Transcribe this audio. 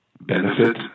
benefit